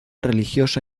religiosa